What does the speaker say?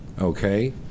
Okay